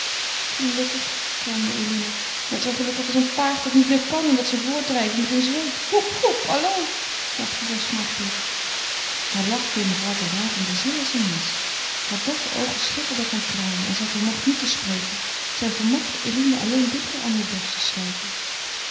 gelukkig kermde eline net zoo gelukkig als een paard dat niet meer kan en dat ze voortdrijven met een zweep hoep hoep allo lachte zij smartelijk haar lach viel mevrouw van raat in de ziel als een mes haar doffe oogen schitterden van tranen en zij vermocht niet te spreken zij vermocht eline alleen dichter aan heur borst te sluiten